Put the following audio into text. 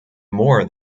more